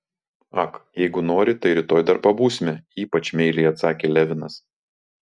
ak jeigu nori tai rytoj dar pabūsime ypač meiliai atsakė levinas